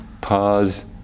Pause